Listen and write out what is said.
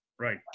Right